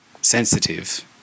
sensitive